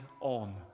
on